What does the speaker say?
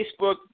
Facebook